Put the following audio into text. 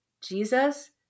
Jesus